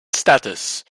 status